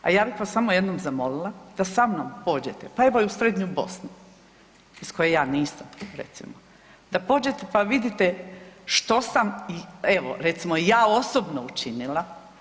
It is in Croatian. A ja bih vas samo jednom zamolila da sa mnom pođete, pa evo najbolje u srednju Bosnu iz koje ja nisam recimo, da pođete pa vidite što sam evo recimo ja osobno učinila.